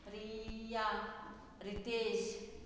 Priya Ritesh